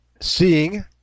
seeing